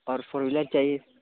और four wheeler चाहिए